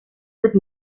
with